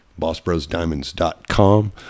bossbrosdiamonds.com